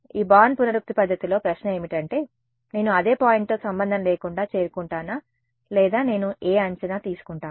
ఈ బార్న్ పునరుక్తి పద్ధతిలో ప్రశ్న ఏమిటంటే నేను అదే పాయింట్తో సంబంధం లేకుండా చేరుకుంటానా లేదా నేను ఏ అంచనా తీసుకుంటాను